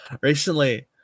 recently